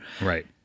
Right